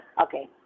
Okay